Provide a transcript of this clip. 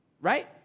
right